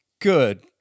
good